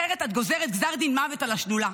אחרת את גוזרת גזר דין מוות על השדולה.